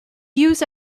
use